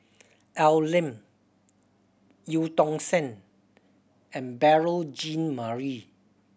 Al Lim Eu Tong Sen and Beurel Jean Marie